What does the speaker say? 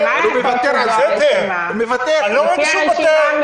הוא מוותר --- אני לא רואה שהוא מוותר.